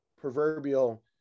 proverbial